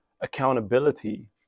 accountability